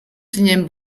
zinen